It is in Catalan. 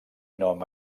nom